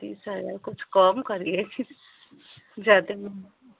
तीस हज़ार कुछ कम करिए ज़्यादा में